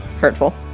hurtful